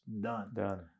done